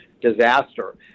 disaster